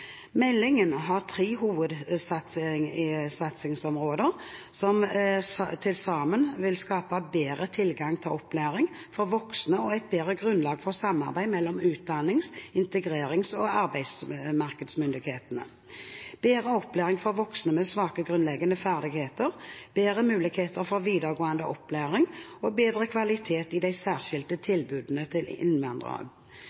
Meldingen har tre hovedsatsingsområder som til sammen vil skape bedre tilgang til opplæring for voksne og et bedre grunnlag for samarbeid mellom utdannings-, integrerings- og arbeidsmarkedsmyndighetene: bedre opplæring for voksne med svake grunnleggende ferdigheter bedre muligheter for videregående opplæring bedre kvalitet i de særskilte